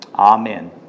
Amen